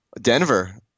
Denver